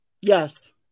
Yes